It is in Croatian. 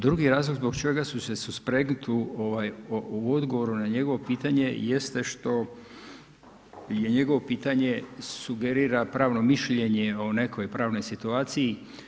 Drugi razlog zbog čega ću se suspregnut ovaj u odgovoru na njegovo pitanje jeste što njegovo pitanje sugerira pravno mišljenje o nekoj pravnoj situaciji.